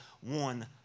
one